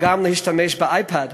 להשתמש באייפד